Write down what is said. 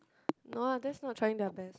no ah that's not trying their best